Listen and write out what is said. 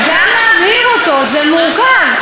גם להבהיר אותו זה מורכב.